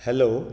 hello